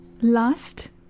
last